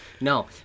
No